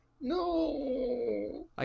No